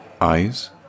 Eyes